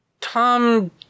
Tom